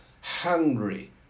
hungry